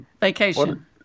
Vacation